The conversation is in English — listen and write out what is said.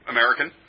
American